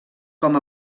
com